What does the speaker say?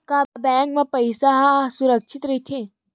का बैंक म हमर पईसा ह सुरक्षित राइथे?